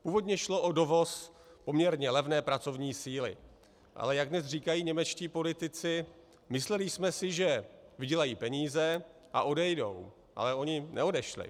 Původně šlo o dovoz poměrně levné pracovní síly, ale jak dnes říkají němečtí politici mysleli jsme si, že vydělají peníze a odejdou, ale oni neodešli.